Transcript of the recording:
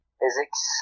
physics